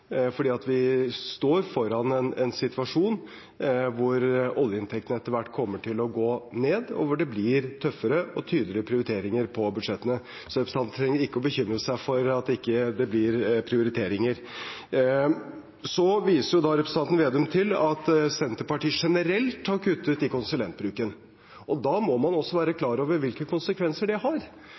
vi står foran en situasjon hvor oljeinntektene etter hvert kommer til å gå ned, og hvor det blir tøffere og tydeligere prioriteringer på budsjettene. Så representanten trenger ikke å bekymre seg for at det ikke blir prioriteringer. Representanten Slagsvold Vedum viser til at Senterpartiet generelt har kuttet i konsulentbruken. Da må man også være klar over hvilke konsekvenser det har.